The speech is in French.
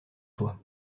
toi